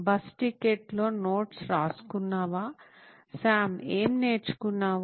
bus టికెట్లో notes రాసుకున్నావా Sam ఏం నేర్చుకున్నావు